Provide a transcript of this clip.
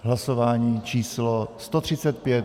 Hlasování číslo 135.